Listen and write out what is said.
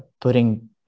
putting